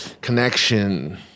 connection